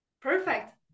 perfect